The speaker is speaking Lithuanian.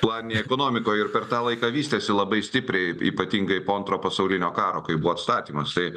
planinėj ekonomikoj ir per tą laiką vystėsi labai stipriai ypatingai po antro pasaulinio karo kai buvo statymas tai